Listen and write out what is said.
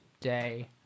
Day